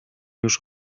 już